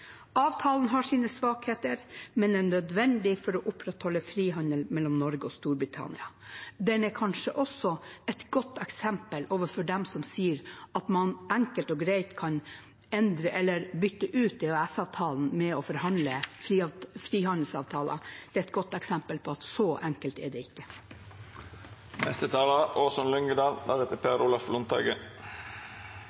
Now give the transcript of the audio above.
Avtalen har sine svakheter, men er nødvendig for å opprettholde fri handel mellom Norge og Storbritannia. Den er kanskje også et godt eksempel for dem som sier at man enkelt og greit kan endre eller bytte ut EØS-avtalen med å forhandle frihandelsavtaler. Det er et godt eksempel på at så enkelt er det